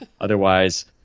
Otherwise